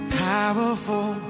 powerful